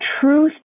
truth